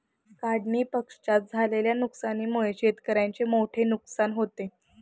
काढणीपश्चात झालेल्या नुकसानीमुळे शेतकऱ्याचे मोठे नुकसान होते